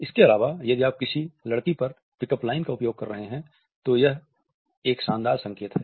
इसके अलावा यदि आप किसी लड़की पर पिक अप लाइन का उपयोग कर रहे हैं तो यह एक शानदार संकेत है